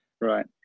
Right